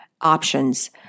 options